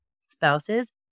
spouses